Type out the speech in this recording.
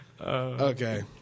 Okay